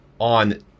on